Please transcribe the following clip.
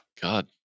God